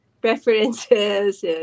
preferences